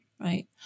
Right